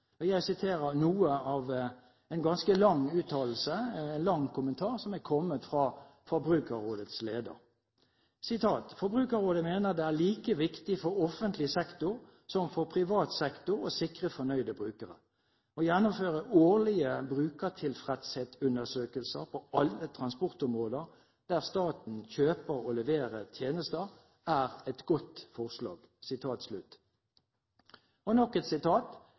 Fremskrittspartiet. Jeg siterer noe av en ganske lang uttalelse, en lang kommentar, som er kommet fra Forbrukerrådets leder: «Forbrukerrådet mener at det er like viktig for offentlig sektor som for privat sektor å sikre fornøyde brukere. Å gjennomføre årlige brukertilfredshetsundersøkelser på alle transportområder der staten kjøper/leverer tjenester, er et godt forslag.» Og nok et sitat: